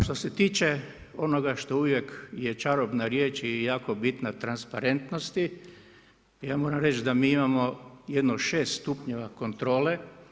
Što se tiče onoga što je uvijek čarobna riječ i jako bitna transparentnosti, ja moram reći da mi imamo jedno 6 stupnjeva kontrole.